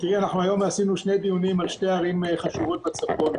אנחנו היום עשינו שני דיונים על שתי ערים חשובות בצפון,